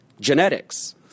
Genetics